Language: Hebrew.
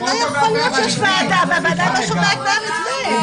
אבל לא יכול להיות שיש ועדה והועדה לא שומעת מה המתווה.